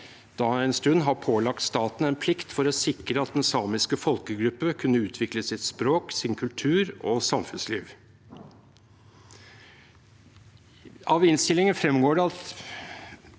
da en stund har pålagt staten en plikt til å sikre at den samiske folkegruppe kunne utvikle sitt språk, sin kultur og sitt samfunnsliv. Av innstillingen fremgår det at